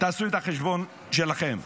תעשו את החשבון שלכם.